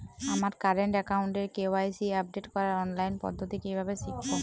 আমার কারেন্ট অ্যাকাউন্টের KYC update করার অনলাইন পদ্ধতি কীভাবে শিখব?